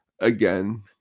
again